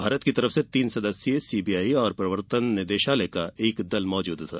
भारत की ओर से तीन सदस्यीय सीबीआई और प्रवर्तन निदेशालय का एक दल मौजूद था